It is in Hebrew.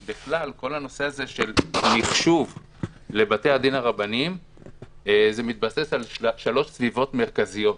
כל הנושא הזה של מחשוב לבתי-הדין הרבניים מתבסס על שלוש סביבות מרכזיות.